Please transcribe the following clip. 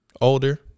Older